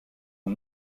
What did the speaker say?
ont